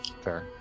fair